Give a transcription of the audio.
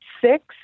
six